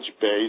base